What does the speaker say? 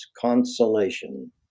consolation